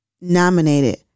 nominated